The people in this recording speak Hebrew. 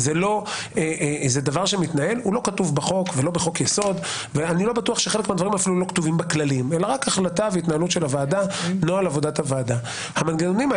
שזה בדיוק מה שאני רוצה שבג"ץ יעשה בעוד עשור ובעוד שני